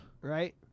Right